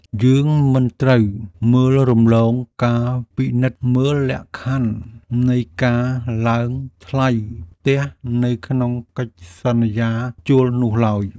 យើងមិនត្រូវមើលរំលងការពិនិត្យមើលលក្ខខណ្ឌនៃការឡើងថ្លៃផ្ទះ នៅក្នុងកិច្ចសន្យាជួលនោះឡើយ។